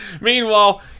Meanwhile